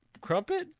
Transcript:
Crumpet